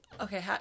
Okay